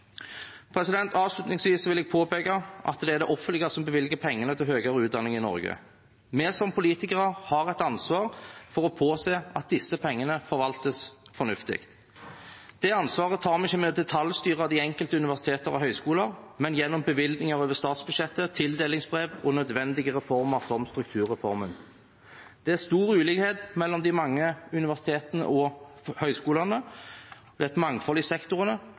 vil jeg påpeke at det er det offentlige som bevilger pengene til høyere utdanning i Norge. Vi som politikere har et ansvar for å påse at disse pengene forvaltes fornuftig. Det ansvaret tar vi ikke ved å detaljstyre de enkelte universiteter og høyskoler, men gjennom bevilgninger over statsbudsjettet, tildelingsbrev og nødvendige reformer – som strukturreformen. Det er stor ulikhet mellom de mange universitetene og høyskolene, det er et mangfold i